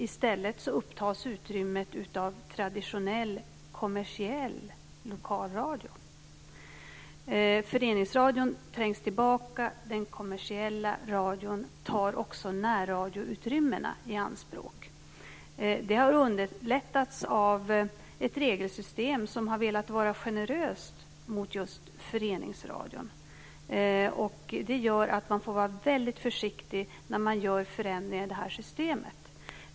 I stället upptas utrymmet av traditionell kommersiell lokalradio. Föreningsradion trängs tillbaka. Den kommersiella radion tar också närradioutrymmena i anspråk. Det har underlättats av ett regelsystem som har velat vara generöst mot just föreningsradion. Det gör att man får vara väldigt försiktig när man gör förändringar i systemet.